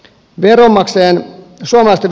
arvoisa puhemies